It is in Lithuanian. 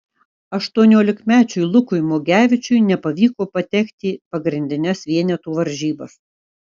aštuoniolikmečiui lukui mugevičiui nepavyko patekti pagrindines vienetų varžybas